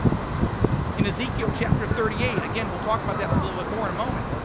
in ezekiel chapter thirty eight, again, we'll talk about that a little bit more in a moment,